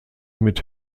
mit